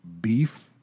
beef